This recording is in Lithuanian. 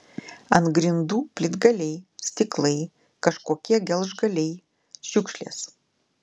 ant grindų plytgaliai stiklai kažkokie gelžgaliai šiukšlės